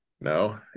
no